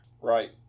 Right